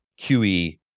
QE